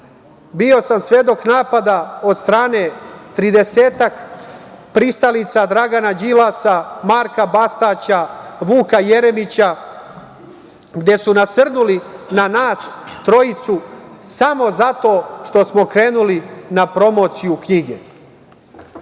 Bio sam svedok napada od strane 30-ak pristalica Dragana Đilasa, Marka Bastaća, Vuka Jeremića, gde su nasrnuli na nas trojicu samo zato što smo krenuli na promociju knjige.